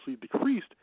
decreased